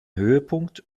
höhepunkt